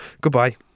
Goodbye